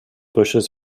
bushes